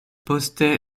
poste